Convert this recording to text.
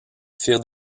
firent